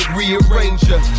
rearranger